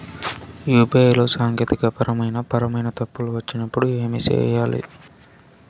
UPI లో సాంకేతికపరమైన పరమైన తప్పులు వచ్చినప్పుడు ఏమి సేయాలి